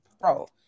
pro